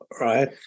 right